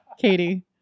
Katie